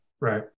Right